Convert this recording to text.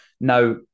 Now